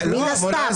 מן הסתם.